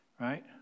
right